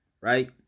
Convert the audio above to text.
right